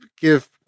give